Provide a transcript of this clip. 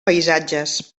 paisatges